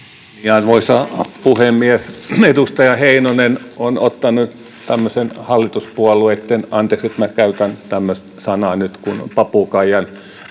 arvoisa puhemies edustaja heinonen on ottanut tämmöisen hallituspuolueitten anteeksi että käytän tämmöistä sanaa nyt papukaijan